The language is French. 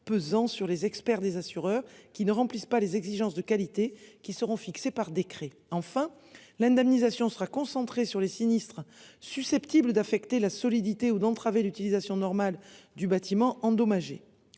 pesant sur les experts des assureurs qui ne remplissent pas les exigences de qualité qui seront fixées par décret. Enfin, l'indemnisation sera concentrée sur les sinistres susceptibles d'affecter la solidité ou d'entraver l'utilisation normale du bâtiment endommagé.